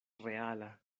reala